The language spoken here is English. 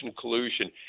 collusion